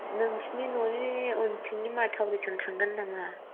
नोंसिनि न'नि उनथिंनि माथावरिजों थांगोन नामा